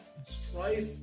Strife